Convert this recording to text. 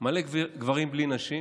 מלא גברים בלי נשים,